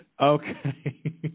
Okay